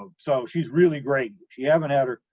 ah so she's really great. if you haven't had her,